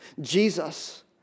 Jesus